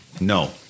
No